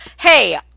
hey